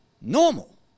normal